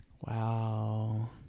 Wow